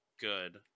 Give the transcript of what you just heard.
good